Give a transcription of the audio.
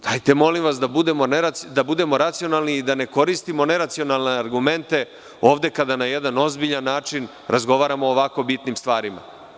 Dajte molim vas da budemo racionalni i da ne koristimo neracionalne argumente, ovde, kada na jedan ozbiljan način razgovaramo o ovako bitnim stvarima.